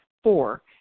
Four